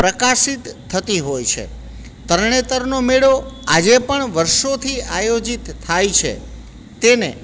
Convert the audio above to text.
પ્રકાશિત થતી હોય છે તરણેતરનો મેળો આજે પણ વરસોથી આયોજિત થાય છે તેને